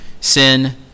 sin